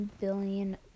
billion